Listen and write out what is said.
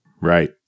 Right